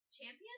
Champion